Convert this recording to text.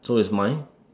so is mine